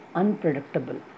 unpredictable